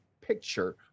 picture